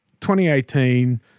2018